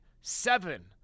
seven